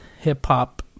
hip-hop